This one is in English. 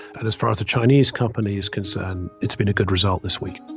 and as far as the chinese company is concerned, it's been a good result this week